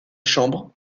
chambre